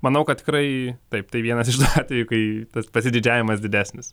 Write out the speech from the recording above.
manau kad tikrai taip tai vienas iš tų atvejų kai tas pasididžiavimas didesnis